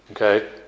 Okay